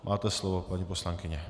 Máte slovo, paní poslankyně.